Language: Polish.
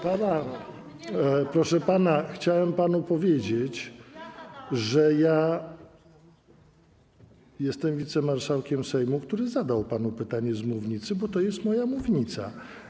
Proszę pana, chciałem panu powiedzieć, że ja jestem wicemarszałkiem Sejmu, który zadał panu pytanie z mównicy, bo to jest moja mównica.